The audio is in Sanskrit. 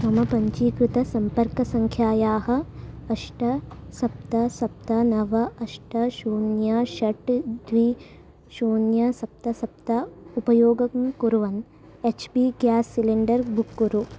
मम पञ्चीकृतसम्पर्कसङ्ख्यायाः अष्ट सप्त सप्त नव अष्ट शून्यं षट् द्वि शून्यं सप्त सप्त उपयोगङ्कुर्वन् H P gas cylinder book कुरु